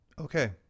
Okay